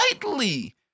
slightly